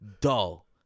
dull